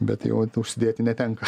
bet jau užsidėti netenka